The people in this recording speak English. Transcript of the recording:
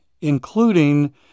including